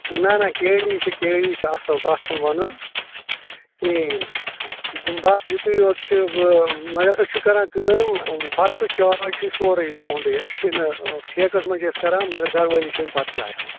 نہ نہ کے ڈی چھِ کے ڈی چھِ اَصٕل تَتھ چھِنہٕ وَنُن کِہیٖنۍ بَس یُتُے یوت چھِ وٕ مگر أسۍ چھِ کَران کٲم بَتہٕ تہٕ چاے یہِ چھِ سورُے تُہُنٛدُے أسۍ چھِنہٕ ٹھیکَس منٛز چھِ أسۍ کَران مگر گرٕ وٲلی چھِ اَسہِ بَتہٕ چاے ہٮ۪وان